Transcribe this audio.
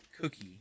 cookie